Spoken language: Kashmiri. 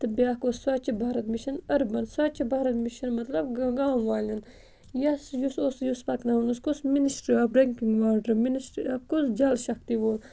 تہٕ بیٛاکھ اوس Swachh Bharat mission urban Swachh Bharat mission مطلب گام والیٚن یَس یُس اوس یُس پَکناوُن اوس کُس ministry of drinking water ministry of کُس جَل شَختی وول